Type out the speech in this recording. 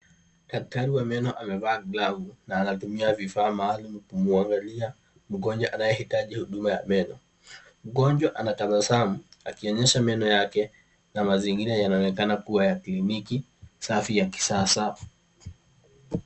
Dakatari wa meno amevaa glavu na anatumia vifaa maalum kumwangalia mgonjwa anayehitaji huduma ya meno. Mgonjwa anatabasamu akionyesha meno yake, na mazingira yanaonekana kuwa ya kliniki safi ya kisasa.